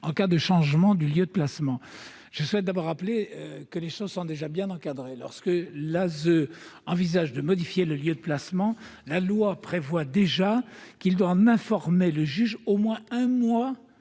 en cas de changement du lieu de placement, je souhaite rappeler que les choses sont bien encadrées : lorsque l'ASE envisage de modifier le lieu de placement, la loi prévoit déjà que le service doit en informer le juge, qui